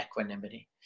equanimity